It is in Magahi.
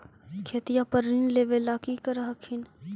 खेतिया पर ऋण लेबे ला की कर हखिन?